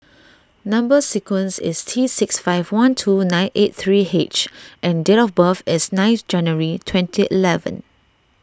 Number Sequence is T six five one two nine eight three H and date of birth is ninth January twenty eleven